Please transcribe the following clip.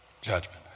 judgment